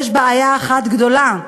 יש בעיה אחת גדולה,